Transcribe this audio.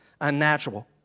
Unnatural